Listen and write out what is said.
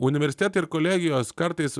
universitetai ir kolegijos kartais